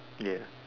ya